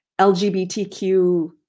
LGBTQ